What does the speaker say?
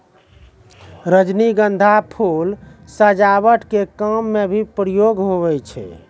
रजनीगंधा फूल सजावट के काम मे भी प्रयोग हुवै छै